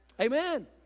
Amen